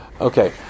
Okay